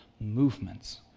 movements